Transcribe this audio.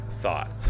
thought